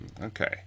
okay